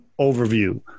overview